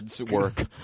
work